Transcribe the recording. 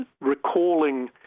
recalling